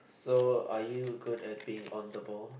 so are you good at being on the ball